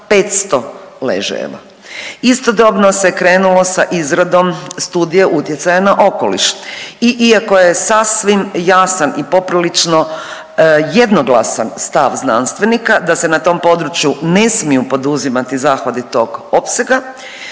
500 ležajeva. Istodobno se krenulo sa izradom Studije utjecaja na okoliš i iako je sasvim jasan i poprilično jednoglasan stav znanstvenika da se na tom području ne smiju poduzimati zahvati tog opsega